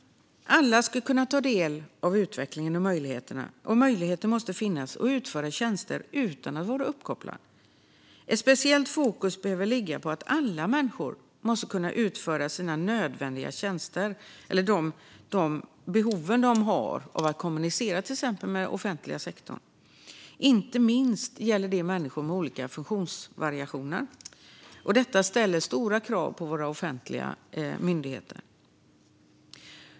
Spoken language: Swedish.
Alla ska kunna ta del av utvecklingen, och det måste finnas möjlighet att utföra tjänster utan att vara uppkopplad. Ett speciellt fokus behöver ligga på att alla människor ska kunna utföra nödvändiga tjänster och tillgodose de behov människor har av att kommunicera med den offentliga sektorn. Det gäller inte minst människor med olika funktionsvariationer, vilket ställer stora krav på våra myndigheter.